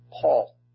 Paul